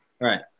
right